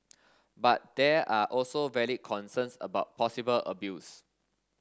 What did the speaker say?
but there are also valid concerns about possible abuse